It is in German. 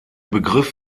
begriff